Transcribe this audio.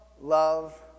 love